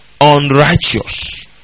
unrighteous